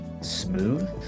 smooth